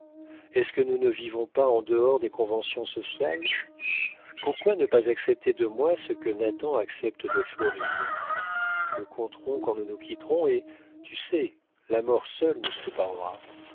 est-ce que nous ne vivons pas en dehors des conventions sociales pourquoi ne pas accepter de moi ce que nathan accepte de florine nous compterons quand nous nous quitterons et tu sais la mort seule nous séparera